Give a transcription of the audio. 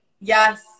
Yes